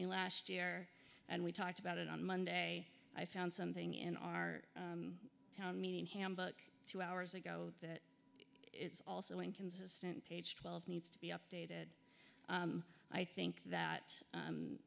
me last year and we talked about it on monday i found something in our meeting handbook two hours ago that it's also inconsistent page twelve needs to be updated i think that